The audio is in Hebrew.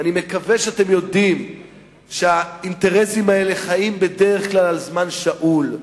ואני מקווה שאתם יודעים שהאינטרסים האלה חיים בדרך כלל על זמן שאול,